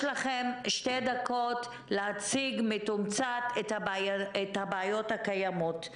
לו שתי דקות להציג בתמצות את הבעיות הקיימות.